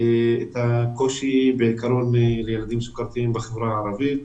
את הקושי שיש לילדים סוכרתיים בחברה הערבית